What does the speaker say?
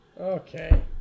Okay